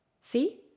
See